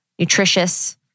nutritious